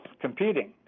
competing